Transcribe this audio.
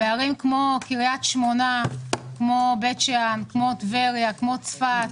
בערים דוגמת קריית שמונה, טבריה, בית שאן, צפת